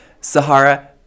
Sahara